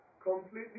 Completely